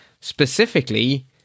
Specifically